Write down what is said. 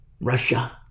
Russia